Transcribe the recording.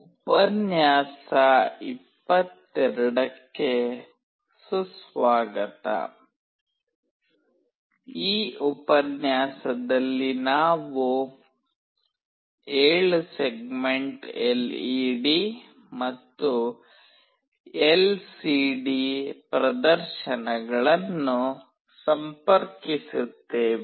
ಉಪನ್ಯಾಸ 22 ಕ್ಕೆ ಸುಸ್ವಾಗತ ಈ ಉಪನ್ಯಾಸದಲ್ಲಿ ನಾವು 7 ಸೆಗ್ಮೆಂಟ್ ಎಲ್ಇಡಿ ಮತ್ತು ಎಲ್ಸಿಡಿ ಪ್ರದರ್ಶನಗಳನ್ನು ಸಂಪರ್ಕಿಸುತ್ತೇವೆ